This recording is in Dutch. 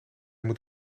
moet